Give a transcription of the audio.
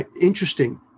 interesting